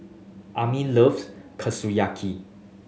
Ami loves Kushiyaki